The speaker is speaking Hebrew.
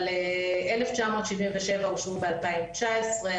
1977 אושרו ב-2019.